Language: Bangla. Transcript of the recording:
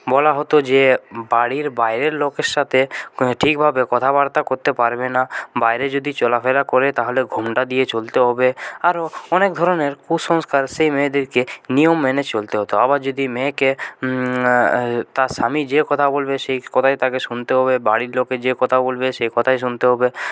বলা হতো যে বাড়ির বাইরের লোকের সাথে ঠিকভাবে কথাবার্তা করতে পারবে না বাইরে যদি চলাফেরা করে তাহলে ঘোমটা দিয়ে চলতে হবে আরও অনেক ধরনের কুসংস্কার সেই মেয়েদেরকে নিয়ম মেনে চলতে হতো আবার যদি মেয়েকে তার স্বামী যে কথা বলবে সেই কথাই তাকে শুনতে হবে বাড়ির লোকে যে কথা বলবে সে কথাই শুনতে হবে